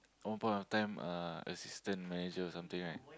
one point of time uh assistant manager or something right